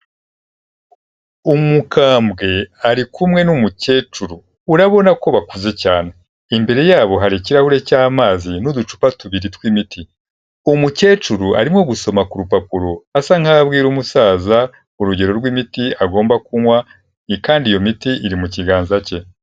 Umukambwe ari kumwe n'umukecuru. Urabona ko bakuze cyane, imbere yabo hari ikirahure cy'amazi n'uducupa tubiri tw'imiti, umukecuru arimo gusoma ku rupapuro asa nkaho abwira umusaza urugero rw'imiti agomba kunywa, kandi iyo miti iri mu kiganza cye.